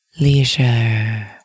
Leisure